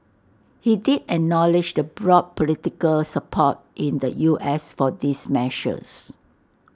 he did acknowledge the broad political support in the U S for these measures